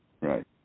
Right